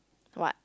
what